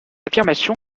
affirmation